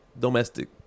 domestic